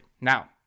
Now